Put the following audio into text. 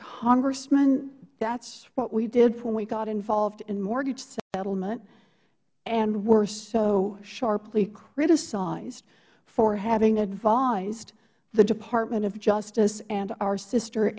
congressman that is what we did when we got involved in mortgage settlement and were so sharply criticized for having advised the department of justice and our sister